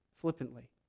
flippantly